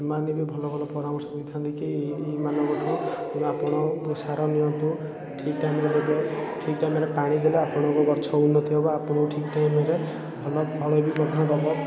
ସେମାନେ ଯଦି ଭଲ ଭଲ ପରାମର୍ଶ ଦେଇଥାନ୍ତି କି ଏମାନଙ୍କଠୁ ଆପଣ ସାର ନିଅନ୍ତୁ ଠିକ୍ ଟାଇମ୍ରେ ଦେବେ ଠିକ୍ ଟାଇମ୍ରେ ପାଣି ଦେଲେ ଆପଣଙ୍କ ଗଛ ଉନ୍ନତି ହେବ ଆପଣଙ୍କୁ ଠିକ୍ ଟାଇମ୍ରେ ଭଲ ଫଳ ବି ମଧ୍ୟ ଦେବ